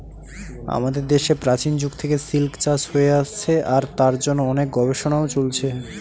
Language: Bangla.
আমাদের দেশে প্রাচীন যুগ থেকে সিল্ক চাষ হয়ে আসছে আর তার জন্য অনেক গবেষণাও চলছে